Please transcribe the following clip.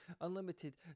Unlimited